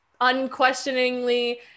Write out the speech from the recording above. unquestioningly